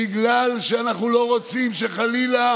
בגלל שאנחנו לא רוצים שחלילה